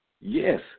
Yes